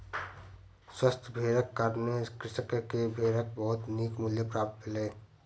स्वस्थ भेड़क कारणें कृषक के भेड़क बहुत नीक मूल्य प्राप्त भेलै